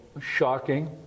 shocking